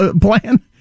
plan